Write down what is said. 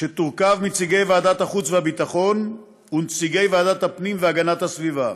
שחבריה יהיו נציגי ועדת החוץ והביטחון ונציגי ועדת הפנים והגנת הסביבה.